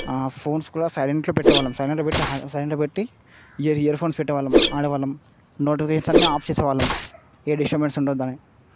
phones కూడా సైలెంట్లో పెట్టేవాళ్ళం సైలెంట్లో పెట్టి హా సైలెంట్లో పెట్టి ఇయర్ ఇయర్ ఫోన్స్ పెట్టేవాళ్ళం ఆడేవాళ్ళం నోటిఫికేషన్స్ అన్ని ఆఫ్ చేసేవాళ్ళం ఏ డిస్టబెన్స్ ఉండొద్దని